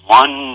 one